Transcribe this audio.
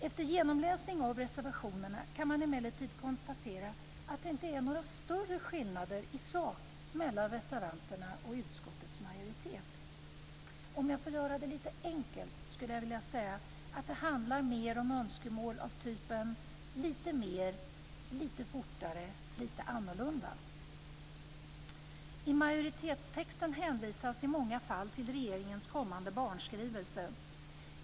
Efter genomläsning av reservationerna kan man emellertid konstatera att det inte är några större skillnader i sak mellan reservanterna och utskottets majoritet. Om jag får göra det lite enkelt skulle jag vilja säga att det handlar mer om önskemål av typen "lite mer", "lite fortare" eller "lite annorlunda". I majoritetstexten hänvisas i många fall till regeringens kommande barnskrivelse.